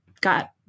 got